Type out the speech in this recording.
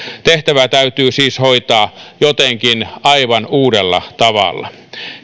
tehtävä täytyy siis hoitaa jotenkin aivan uudella tavalla